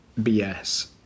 BS